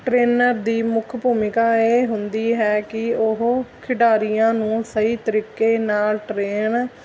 trainer ਦੀ ਮੁੱਖ ਭੂਮਿਕਾ ਇਹ ਹੁੰਦੀ ਹੈ ਕੀ ਉਹ ਖਿਡਾਰੀਆਂ ਨੂੰ ਸਹੀ ਤਰੀਕੇ ਨਾਲ ਟਰੇਨ